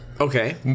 Okay